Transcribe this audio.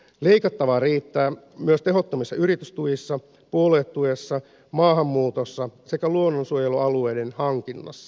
leikattavaa riittää myös tehottomissa yritystuissa puoluetuessa maahanmuutossa sekä luonnonsuojelualueiden hankinnassa